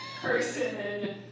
person